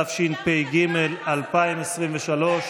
התשפ"ג 2023,